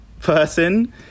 person